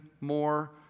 more